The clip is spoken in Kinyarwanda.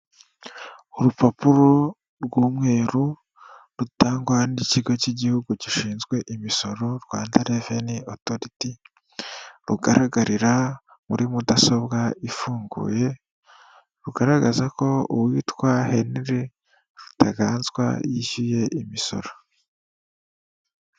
Urupapuro rw'umweru rutangwa n'ikigo cy'igihugu gishinzwe imisoro Rwanda RevenueAuthority, rugaragarira muri mudasobwa ifunguye, rugaragaza ko uwitwa Henry Rutaganzwa yishyuye imisoro.